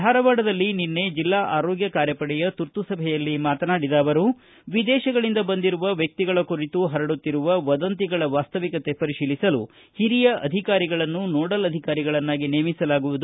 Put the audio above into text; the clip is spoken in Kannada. ಧಾರವಾಡದಲ್ಲಿ ನಿನ್ನೆ ಜಿಲ್ಲಾ ಆರೋಗ್ಟ ಕಾರ್ಯಪಡೆಯ ತುರ್ತು ಸಭೆಯಲ್ಲಿ ಮಾತನಾಡಿದ ಅವರು ವಿದೇತಗಳಿಂದ ಬಂದಿರುವ ವ್ಯಕ್ತಿಗಳ ಕುರಿತು ಹರಡುತ್ತಿರುವ ವದಂತಿಗಳ ವಾಸ್ತವಿಕತೆ ಪರಿಶೀಲಿಸಲು ಹಿರಿಯ ಅಧಿಕಾರಿಗಳನ್ನು ನೋಡಲ್ ಅಧಿಕಾರಿಗಳನ್ನಾಗಿ ನೇಮಿಸಲಾಗುವುದು